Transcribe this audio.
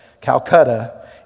Calcutta